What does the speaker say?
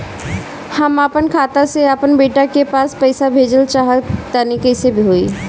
हम आपन खाता से आपन बेटा के पास पईसा भेजल चाह तानि कइसे होई?